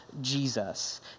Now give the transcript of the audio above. Jesus